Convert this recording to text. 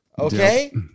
Okay